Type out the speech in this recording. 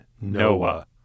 Noah